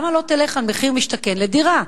למה לא תלך על מחיר משתכן לדירה?